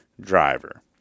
Driver